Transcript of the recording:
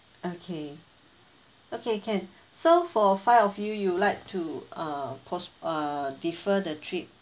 okay okay can so for five of you you'd like to uh post~ uh defer the trip